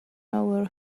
our